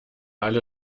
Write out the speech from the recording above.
alle